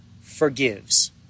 forgives